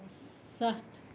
ستھ